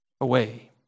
away